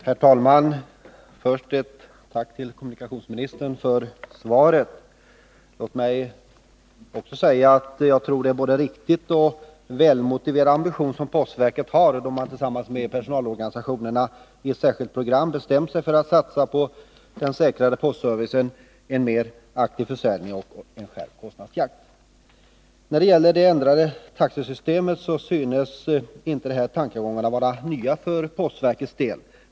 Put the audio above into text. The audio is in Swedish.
Herr talman! Först ett tack till kommunikationsministern för svaret. Låt mig också säga att jag tror att det är en både riktig och välmotiverad ambition som postverket har då man tillsammans med personalorganisationerna i ett särskilt program bestämt sig för att satsa på säkrare postservice, en mer aktiv försäljning och en skärpt kostnadsjakt. När det gäller förslaget till ändrat taxesystem så synes inte de här tankegångarna vara nya för postverkets del.